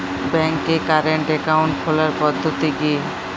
ব্যাংকে current account খোলার পদ্ধতি কি?